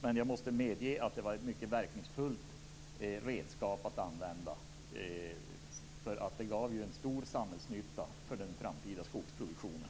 Men jag måste medge att det var ett mycket verkningsfullt redskap att använda. Det innebär nämligen en stor samhällsnytta för den framtida skogsproduktionen.